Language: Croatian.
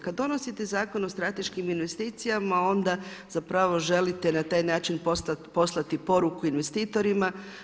Kad donosite zakon o strateškim investicijama, onda zapravo želite na taj način poslati poruku investitorima.